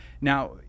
Now